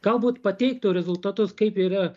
galbūt pateiktų rezultatus kaip yra